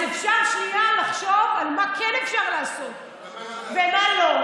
אז אפשר שנייה לחשוב על מה כן אפשר לעשות ומה לא.